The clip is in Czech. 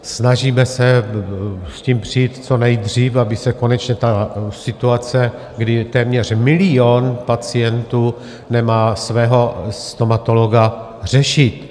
Snažíme se s tím přijít co nejdřív, aby se konečně ta situace, kdy téměř milion pacientů nemá svého stomatologa, řešit.